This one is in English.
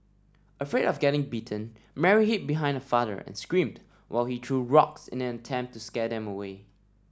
afraid of getting bitten Mary hid behind her father and screamed while he threw rocks in an attempt to scare them away